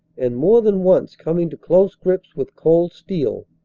and more than once coming to close grips with cold steel,